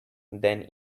then